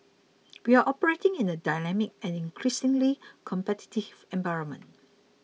we are operating in a dynamic and increasingly competitive environment